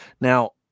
now